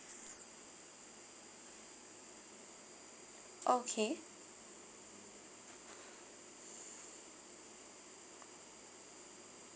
okay